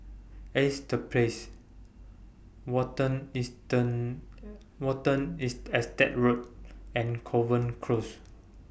Ace The Place Watten Eastern Watten IS Estate Road and Kovan Close